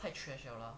太 trash liao